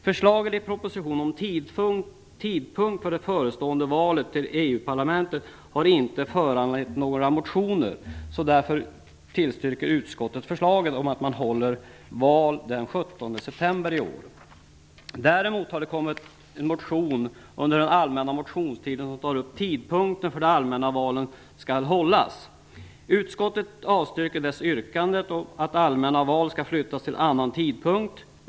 Förslaget i propositionen om tidpunkt för det förestående valet till EU-parlamentet har inte föranlett några motioner. Därför tillstyrker utskottet förslaget om att val skall hållas den 17 september i år. Däremot har det kommit en motion under den allmänna motionstiden som tar upp tidpunkten för när allmänna val skall hållas. Utskottet avstyrker dess yrkande om att allmänna val skall flyttas till en annan tidpunkt.